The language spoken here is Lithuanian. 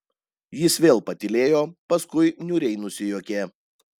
jis vėl patylėjo paskui niūriai nusijuokė